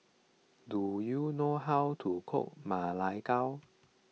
do you know how to cook Ma Lai Gao